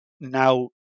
now